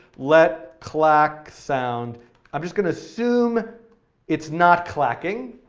let clacksound, i'm just going to assume it's not clacking,